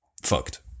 Fucked